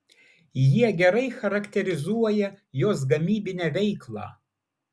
jie gerai charakterizuoja jos gamybinę veiklą